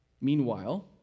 Meanwhile